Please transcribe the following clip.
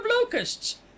locusts